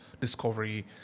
discovery